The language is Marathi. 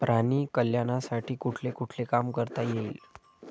प्राणी कल्याणासाठी कुठले कुठले काम करता येईल?